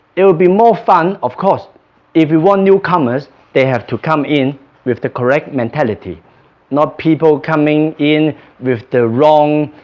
it would be more fun, of course if you want newcomers, they have to come in with the correct mentality not people coming in with the wrong